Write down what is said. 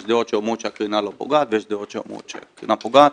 יש דעות שאומרות שהקרינה לא פוגעת ויש דעות שאומרות שהקרינה פוגעת.